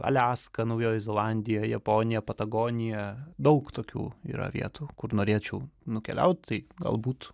aliaska naujoji zelandija japonija patagonija daug tokių yra vietų kur norėčiau nukeliaut tai galbūt